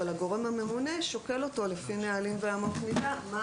אבל הגורם הממונה שוקל אותו לפי הנהלים ואמות המידה מה